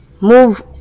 move